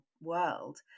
world